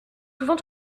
souvent